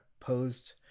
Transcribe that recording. posed-